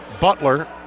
Butler